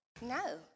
No